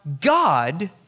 god